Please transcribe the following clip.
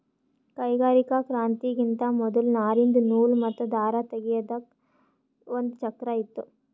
ಕೈಗಾರಿಕಾ ಕ್ರಾಂತಿಗಿಂತಾ ಮೊದಲ್ ನಾರಿಂದ್ ನೂಲ್ ಮತ್ತ್ ದಾರ ತೇಗೆದಕ್ ಒಂದ್ ಚಕ್ರಾ ಇತ್ತು